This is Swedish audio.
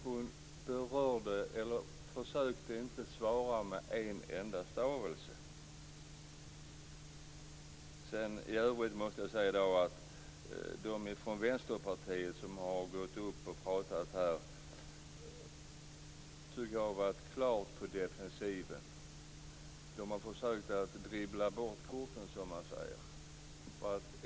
Hon försökte inte svara med en enda stavelse. De från Vänsterpartiet som har pratat här i dag har varit klart på defensiven. De har försökt att dribbla bort foten.